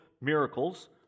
Miracles